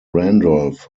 randolph